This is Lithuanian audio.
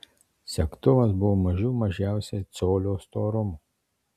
segtuvas buvo mažų mažiausiai colio storumo